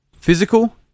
physical